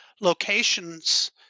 locations